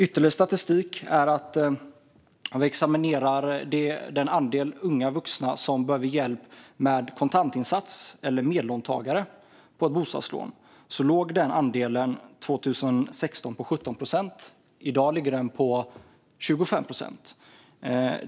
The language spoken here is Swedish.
Ytterligare statistik visar att den andel unga vuxna som behöver hjälp med kontantinsats eller medlåntagare på ett bostadslån låg på 17 procent 2016. I dag ligger den på 25 procent.